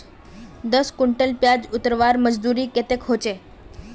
दस कुंटल प्याज उतरवार मजदूरी कतेक होचए?